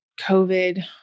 COVID